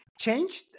changed